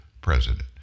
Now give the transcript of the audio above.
president